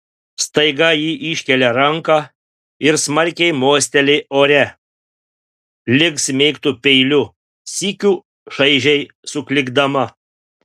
staiga ji iškelia ranką ir smarkiai mosteli ore lyg smeigtų peiliu sykiu šaižiai suklykdama